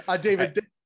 David